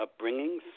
upbringings